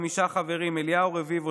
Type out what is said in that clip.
חמישה חברים: אליהו רביבו,